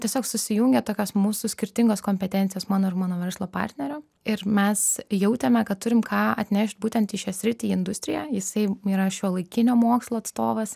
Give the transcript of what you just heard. tiesiog susijungia tokios mūsų skirtingos kompetencijos mano ir mano verslo partnerio ir mes jautėme kad turim ką atnešt būtent į šią sritį į industriją jisai yra šiuolaikinio mokslo atstovas